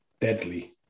deadly